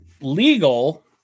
legal